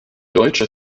deutsche